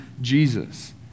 Jesus